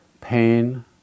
Pain